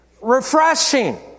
Refreshing